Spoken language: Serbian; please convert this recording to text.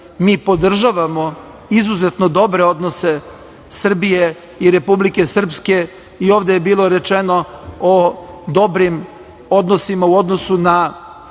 mi podržavamo izuzetno dobre odnose Srbije i Republike Srpske. Ovde je bilo rečeno o dobrim odnosima u odnosu na